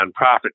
nonprofit